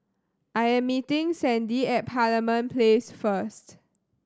I am meeting Sandie at Parliament Place first